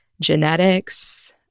genetics